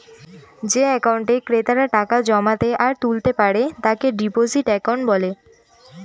যে একাউন্টে ক্রেতারা টাকা জমাতে আর তুলতে পারে তাকে ডিপোজিট একাউন্ট বলে